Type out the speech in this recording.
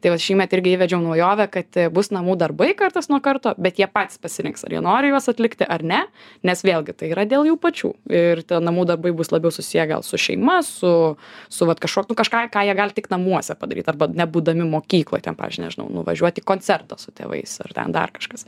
tai vat šįmet irgi įvedžiau naujovę kad bus namų darbai kartas nuo karto bet jie patys pasirinks ar jie nori juos atlikti ar ne nes vėlgi tai yra dėl jų pačių ir namų darbai bus labiau susiję gal su šeima su su vat kažko nu kažką ką jie gal tik namuose padaryt arba nebūdami mokykloj ten pavyzdžiui nežinau nuvažiuot į koncertą su tėvais ar ten dar kažkas